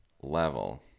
level